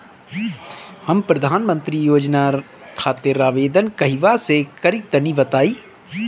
हम प्रधनमंत्री योजना खातिर आवेदन कहवा से करि तनि बताईं?